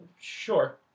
Sure